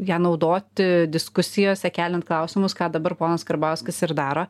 ją naudoti diskusijose keliant klausimus ką dabar ponas karbauskis ir daro